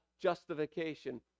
justification